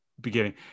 beginning